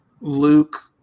Luke